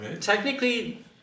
technically